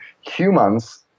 humans